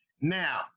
Now